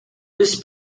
this